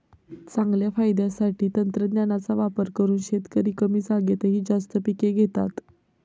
चांगल्या फायद्यासाठी तंत्रज्ञानाचा वापर करून शेतकरी कमी जागेतही जास्त पिके घेतात